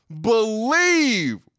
believe